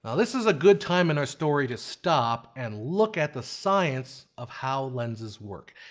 ah this is a good time in our story to stop and look at the science of how lenses work.